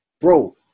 Bro